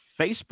Facebook